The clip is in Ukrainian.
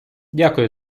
дякую